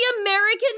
American